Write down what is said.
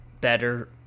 better